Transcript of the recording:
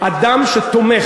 אדם שתומך,